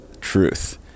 truth